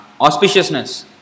auspiciousness